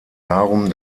darum